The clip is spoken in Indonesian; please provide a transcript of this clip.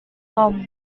tom